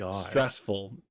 stressful